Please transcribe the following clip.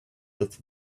that